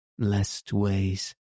lestways